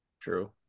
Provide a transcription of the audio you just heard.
True